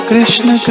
Krishna